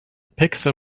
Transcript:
pixel